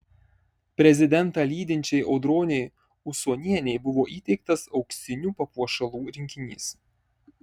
prezidentą lydinčiai audronei usonienei buvo įteiktas auksinių papuošalų rinkinys